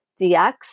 DX